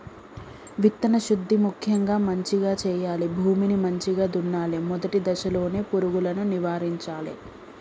విత్తన శుద్ధి ముక్యంగా మంచిగ చేయాలి, భూమిని మంచిగ దున్నలే, మొదటి దశలోనే పురుగులను నివారించాలే